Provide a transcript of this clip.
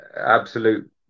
Absolute